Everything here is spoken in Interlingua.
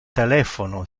telephono